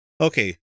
Okay